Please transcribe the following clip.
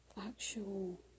actual